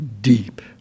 Deep